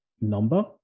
number